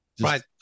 right